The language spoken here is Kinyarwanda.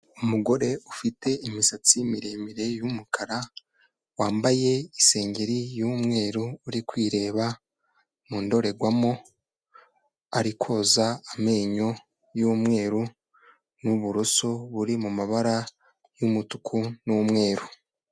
Umugore ufite imisatsi miremire y'umukara, wambaye isengeri y'umweru uri kwireba mu ndorerwamo, ari koza amenyo y'umweru n'uburuso buri mu mabara y'umutuku n'umweru.